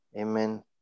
Amen